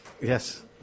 Yes